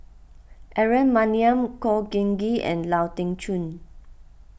Aaron Maniam Khor Ean Ghee and Lau Teng Chuan